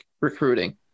recruiting